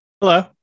hello